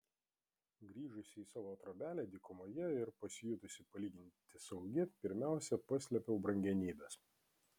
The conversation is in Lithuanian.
grįžusi į savo trobelę dykumoje ir pasijutusi palyginti saugi pirmiausia paslėpiau brangenybes